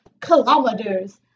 kilometers